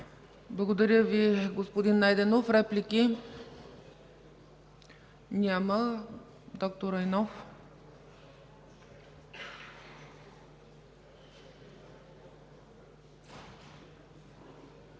Благодаря Ви, господин Найденов. Реплики? Няма. Доктор Райнов.